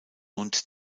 und